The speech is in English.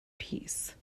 peace